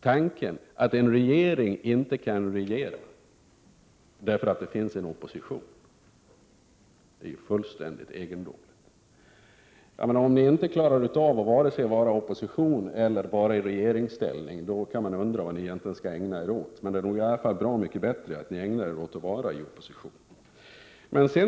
Tanken att en regering inte skall kunna regera därför att det finns en opposition är mycket egendomlig. Om ni inte klarar av vare sig att vara i opposition eller i regeringsställning kan man undra vad ni egentligen borde ägna er åt. Det är nog mycket bättre i alla fall att ni ägnar er åt att vara i opposition.